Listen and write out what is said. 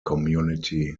community